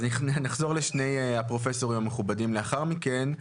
אז נחזור לשני הפרופסורים המכובדים לאחר מכן.